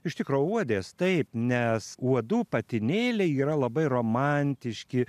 iš tikro uodės taip nes uodų patinėliai yra labai romantiški